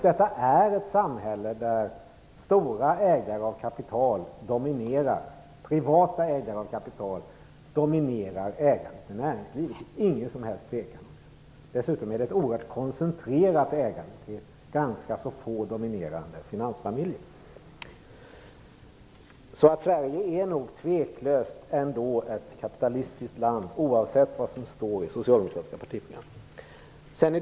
Det här är ett samhälle där stora privata kapitalägare dominerar ägandet i näringslivet. Det är ingen tvekan om det. Det är ett ägande som är mycket koncentrerat till ganska få dominerande finansfamiljer. Sverige är nog ändå ett kapitalistiskt land, oavsett vad som står i det socialdemokratiska partiprogrammet.